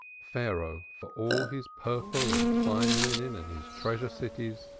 pharaoh, for all his purple and fine linen and his treasure cities,